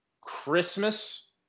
Christmas